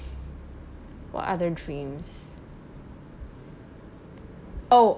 what other dreams oh